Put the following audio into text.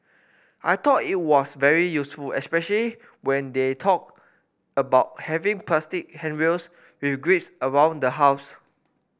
I thought it was very useful especially when they talked about having plastic handrails with grips around the house